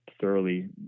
thoroughly